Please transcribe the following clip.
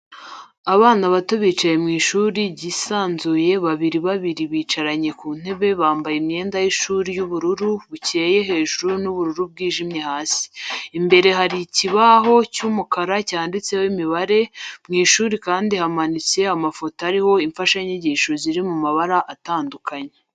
Abana bato bicaye mw'ishuri ryisanzuye babiri babiri bicaranye ku ntebe bambaye imyenda y'ishuri y'ubururu bucyeye hejuru n'ubururu bwijimye hasi, imbere hari ikibaho cy'umukara cyanditseho imibare, mw'ishuri kandi hamanitse amafoto ariho imfashanyigisho ziri mu mabara atandukanye